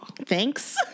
Thanks